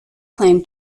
claim